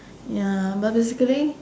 ya but basically